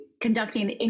conducting